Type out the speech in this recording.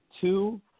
Two